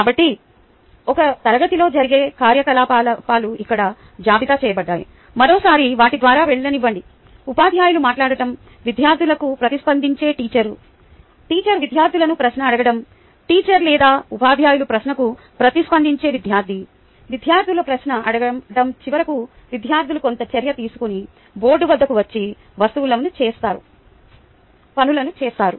కాబట్టి ఒక తరగతిలో జరిగే కార్యకలాపాలు ఇక్కడ జాబితా చేయబడ్డాయి మరోసారి వాటి ద్వారా వెళ్ళనివ్వండి ఉపాధ్యాయులు మాట్లాడటం విద్యార్థులకు ప్రతిస్పందించే టీచర్ టీచర్ విద్యార్థులను ప్రశ్న అడగడం టీచర్ లేదా ఉపాధ్యాయుల ప్రశ్నకు ప్రతిస్పందించే విద్యార్థి విద్యార్థులు ప్రశ్న అడగడం చివరకు విద్యార్థులు కొంత చర్య తీసుకొని బోర్డు వద్దకు వచ్చి పనులను చేస్తారు